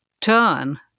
turn